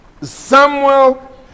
Samuel